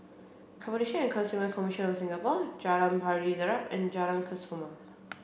Competition and Consumer Commission of Singapore Jalan Pari Dedap and Jalan Kesoma